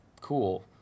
cool